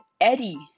Eddie